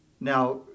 Now